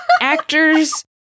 actors